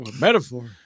Metaphor